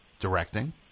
directing